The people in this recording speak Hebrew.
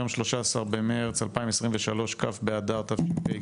היום 13 במרץ 2023, כ' באדר תשפ"ג.